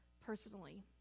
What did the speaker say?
personally